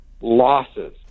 losses